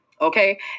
Okay